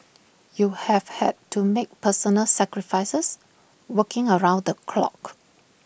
you have had to make personal sacrifices working around the clock